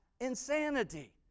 insanity